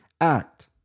act